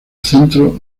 centro